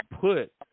put